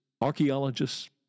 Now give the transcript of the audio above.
archaeologists